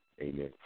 Amen